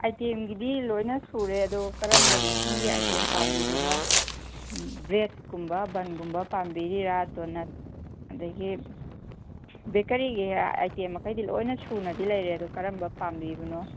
ꯑꯥꯏꯇꯦꯝꯒꯤꯗꯤ ꯂꯣꯏꯅ ꯁꯨꯔꯦ ꯑꯗꯣ ꯀꯔꯝꯕ ꯃꯈꯜꯒꯤ ꯑꯥꯏꯇꯦꯝ ꯄꯥꯝꯕꯤꯕꯅꯣ ꯕ꯭ꯔꯦꯠꯀꯨꯝꯕ ꯕꯟꯒꯨꯝꯕ ꯄꯥꯝꯕꯤꯔꯤꯔ ꯗꯣꯅꯠ ꯑꯗꯒꯤ ꯕꯦꯀꯔꯤꯒꯤ ꯑꯥꯏꯇꯦꯝ ꯃꯈꯩꯗꯤ ꯂꯣꯏꯅ ꯁꯨꯅꯗꯤ ꯂꯩꯔꯦ ꯑꯗꯣ ꯀꯔꯝꯕ ꯄꯥꯝꯕꯤꯕꯅꯣ